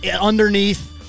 underneath